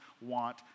want